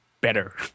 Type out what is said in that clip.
better